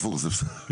זה בסדר.